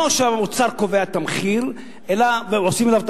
לא שהאוצר קובע את המחיר ועושים עליו תחרות,